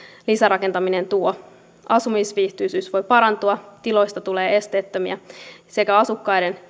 lisärakentaminen tuo asumisviihtyisyys voi parantua tiloista tulee esteettömiä sekä asukkaiden